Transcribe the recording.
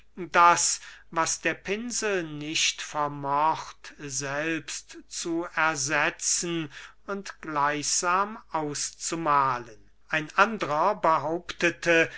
das was der pinsel nicht vermocht selbst zu ersetzen und gleichsam auszumahlen ein andrer behauptete